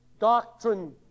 doctrine